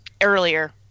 earlier